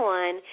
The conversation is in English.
one